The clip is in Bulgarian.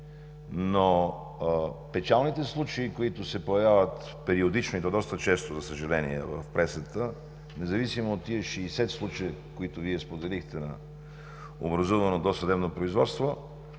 Но печалните случаи, които се появяват периодично и то доста често, за съжаление, в пресата, независимо от тези 60 случая, които Вие споделихте, на образувано досъдебно производство,